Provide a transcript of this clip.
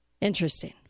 Interesting